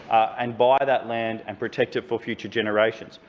and buy that land and protect it for future generations.